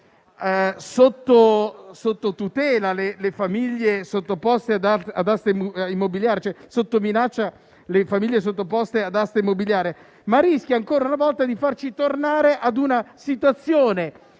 sotto minaccia le famiglie sottoposte ad asta immobiliare, ma anche, ancora una volta, di farci tornare a una situazione